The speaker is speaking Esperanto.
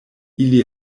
ili